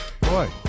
Boy